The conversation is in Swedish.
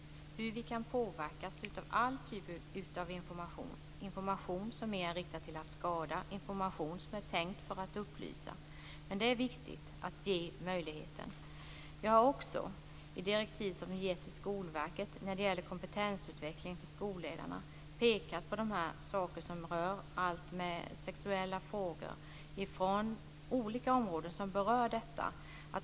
Det gäller hur vi kan påverkas av alla typer av information; information som är inriktad på att skada och information som är tänkt för att upplysa. Det är viktigt att ge möjligheten. Vi har också i direktiv som vi ger till Skolverket när det gäller kompetensutveckling för skolledarna pekat på de här sakerna som rör sexuella frågor, olika områden som berör detta.